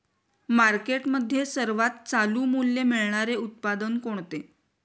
मार्केटमध्ये सर्वात चालू मूल्य मिळणारे उत्पादन कोणते?